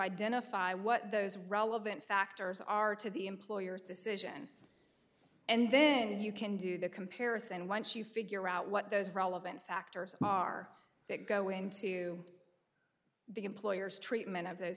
identify what those relevant factors are to the employer's decision and then you can do the comparison once you figure out what those relevant factors are that go into the employer's treatment of those